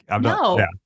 No